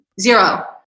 Zero